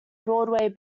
broadway